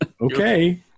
Okay